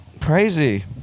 crazy